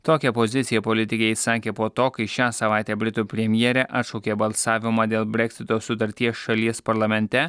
tokią poziciją politikė išsakė po to kai šią savaitę britų premjerė atšaukė balsavimą dėl breksito sutarties šalies parlamente